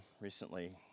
recently